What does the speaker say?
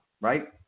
right